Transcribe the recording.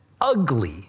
ugly